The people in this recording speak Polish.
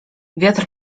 wiatr